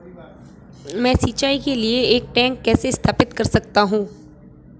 मैं सिंचाई के लिए एक टैंक कैसे स्थापित कर सकता हूँ?